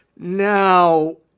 now